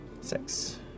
Six